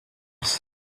horse